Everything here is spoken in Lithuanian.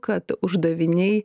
kad uždaviniai